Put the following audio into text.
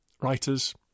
writers